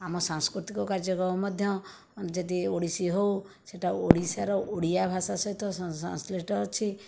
ଆମ ସାଂସ୍କୃତିକ କାର୍ଯ୍ୟକ୍ରମ ମଧ୍ୟ ଯଦି ଓଡ଼ିଶୀ ହେଉ ସେହିଟା ଓଡ଼ିଶାର ଓଡ଼ିଆ ଭାଷା ସହିତ ସଂଶ୍ଲିଷ୍ଟ ଅଛି